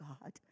God